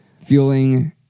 feeling